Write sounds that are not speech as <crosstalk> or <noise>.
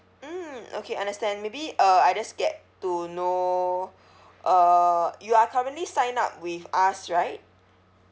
mm okay understand maybe uh I just get to know <breath> uh you are currently sign up with us right